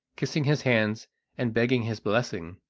kissing his hands and begging his blessing.